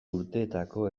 urteetako